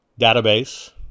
database